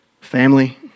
family